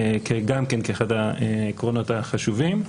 גם כאחד העקרונות החשובים.